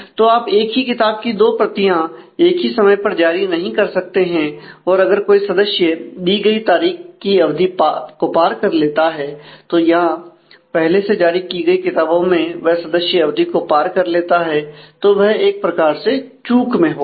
तो आप एक ही किताब की दो प्रतियां एक ही समय पर जारी नहीं कर सकते हैं और अगर कोई सदस्य दी गई तारीख की अवधि को पार कर लेता है या पहले से जारी की गई किताबों में वह सदस्य अवधि को पार कर लेता है तो वह एक प्रकार से चूक में होगा